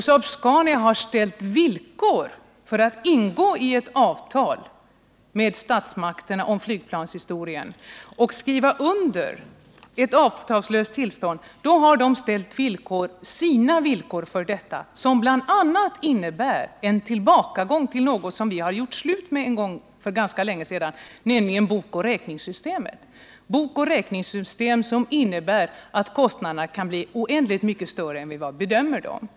Saab-Scania har också uppställt villkor för att ingå ett avtal med statsmakterna om flygplanshistorien. Dessa villkor innebär bl.a. en tillbakagång till något som vi har upphört med för ganska länge sedan, nämligen bokoch räkningssystemet. Systemet innebär att kostnaderna kan bli oändligt mycket större än fasta priser och vad vi bedömer dem till.